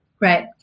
Right